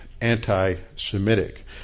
anti-Semitic